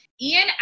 Ian